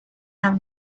have